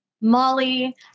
Molly